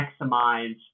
maximize